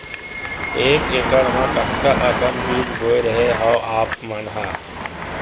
एक एकड़ म कतका अकन बीज बोए रेहे हँव आप मन ह?